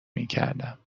میکردم